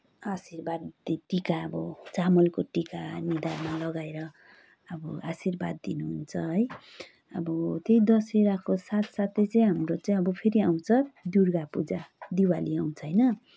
आशीर्वाद टिका अब चामलको टिका निधारमा लगाएर अब आशीर्वाद दिनुहुन्छ है अब त्यही दशहराको साथसाथै चाहिँ हाम्रो चाहिँ अब फेरि आउँछ दुर्गा पूजा दिवाली आउँछ होइन